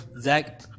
Zach